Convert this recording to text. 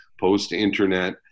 post-internet